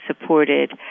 supported